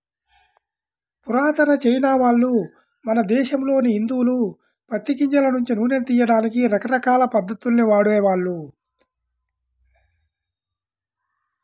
పురాతన చైనావాళ్ళు, మన దేశంలోని హిందువులు పత్తి గింజల నుంచి నూనెను తియ్యడానికి రకరకాల పద్ధతుల్ని వాడేవాళ్ళు